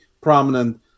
prominent